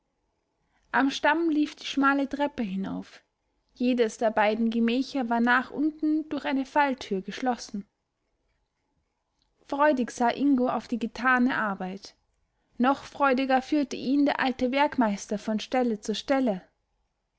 am stamm lief die schmale treppe hinauf jedes der beiden gemächer war nach unten durch eine falltür geschlossen freudig sah ingo auf die getane arbeit noch freudiger führte ihn der alte werkmeister von stelle zu stelle